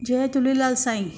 जय झूलेलाल साईं